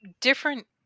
different